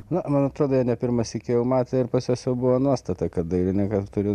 na man atrodo jie ne pirmą sykį jau matė ir pas juos jau buvo nuostata kad dailininkas turi